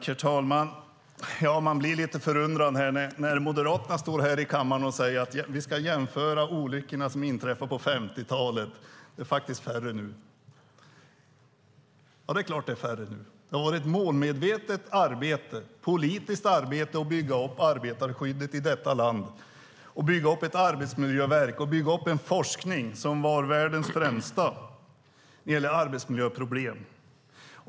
Herr talman! Man blir lite förundrad när man från Moderaterna står här i kammaren och säger att vi ska jämföra med antalet olyckor som inträffade på 50-talet och att det faktiskt sker färre olyckor nu. Det är klart att det sker färre nu. Det har varit ett målmedvetet politiskt arbete att bygga upp arbetarskyddet i detta land, att bygga upp ett arbetsmiljöverk och att bygga upp en forskning som var världens främsta när det gäller arbetsmiljöproblem.